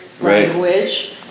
language